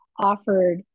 offered